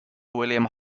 william